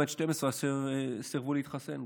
למעט 12 אסירים שסירבו להתחסן.